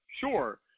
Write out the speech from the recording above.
Sure